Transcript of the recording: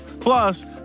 Plus